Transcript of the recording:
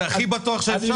זה הכי בטוח שאפשר.